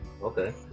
Okay